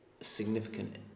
significant